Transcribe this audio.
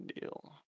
Deal